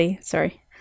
sorry